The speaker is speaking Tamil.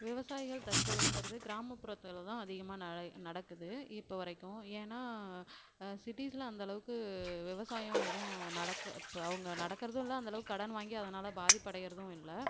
விவசாயிகள் தற்கொலைங்கிறது கிராமபுரத்தில் தான் அதிகமாக நட நடக்குது இப்போவரைக்கும் ஏன்னால் சிட்டிஸில் அந்த அளவுக்கு விவசாயம் எதுவும் நடக்க இப்போ அவங்க நடக்குறதும் இல்லை அந்தளவுக்கு கடன் வாங்கி அதனால் பாதிப்படையிறதும் இல்லை